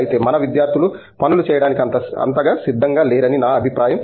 అయితే మన విద్యార్థులు పనులు చేయడానికి అంతగా సిద్ధంగా లేరని నా అభిప్రాయం